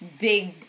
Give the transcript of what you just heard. big